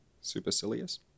Supercilious